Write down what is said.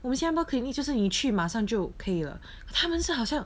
我们新加坡 clinic 就是你去马上就可以了他们是好像